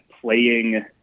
playing